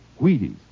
Wheaties